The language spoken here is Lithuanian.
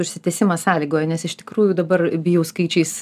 užsitęsimas sąlygoja nes iš tikrųjų dabar bijau skaičiais